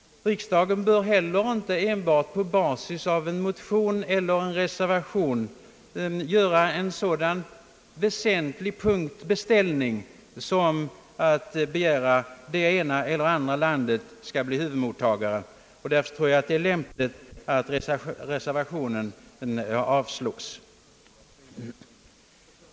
Riksdagen bör heller inte enbart på basis av en enstaka motion eller en reservation göra en sådan väsentlig punktbeställning som att begära att ena eller andra landet skall bli huvudmottagare. Därför tror jag att det är lämpligt att reservationen avslås.